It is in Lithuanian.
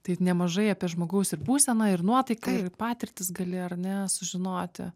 tai nemažai apie žmogaus ir būseną ir nuotaiką ir patirtis gali ar ne sužinoti